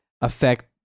affect